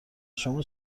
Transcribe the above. شما